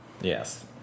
Yes